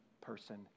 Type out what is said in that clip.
person